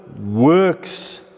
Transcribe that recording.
works